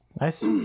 Nice